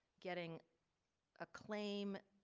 getting a claim,